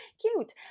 cute